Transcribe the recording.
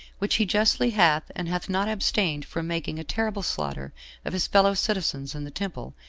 which he justly hath, and hath not abstained from making a terrible slaughter of his fellow citizens in the temple,